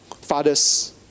Fathers